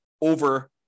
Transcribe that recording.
over